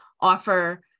offer